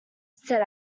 said